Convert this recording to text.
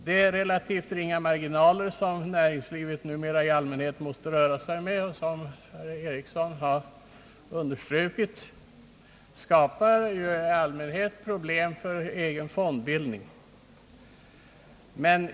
De relativt ringa marginaler som näringslivet numera i allmänhet måste röra sig med, vilket herr John Ericsson har understrukit, skapar ofta problem för egen fondbildning.